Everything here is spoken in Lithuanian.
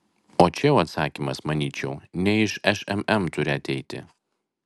o čia jau atsakymas manyčiau ne iš šmm turi ateiti